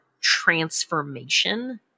transformation